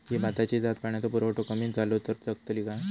ही भाताची जात पाण्याचो पुरवठो कमी जलो तर जगतली काय?